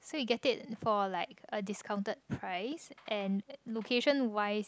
so you get it for like a discounted price and location wise